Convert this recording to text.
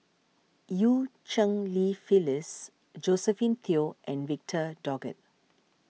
Eu Cheng Li Phyllis Josephine Teo and Victor Doggett